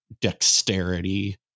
dexterity